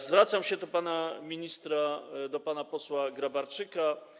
Zwracam się do pana ministra, pana posła Grabarczyka.